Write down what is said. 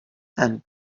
and